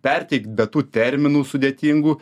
perteikt be tų terminų sudėtingų